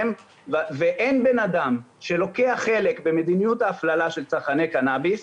אין בן אדם שלוקח חלק במדיניות ההפללה של צרכני קנאביס,